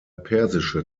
persische